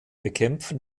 bekämpfen